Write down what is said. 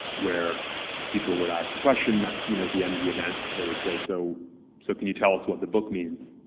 where people would ask a question at you know the end of the events. they would say, so so can you tell us what the book means?